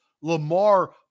Lamar